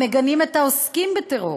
המגנים את העוסקים בטרור,